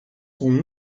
com